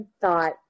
thought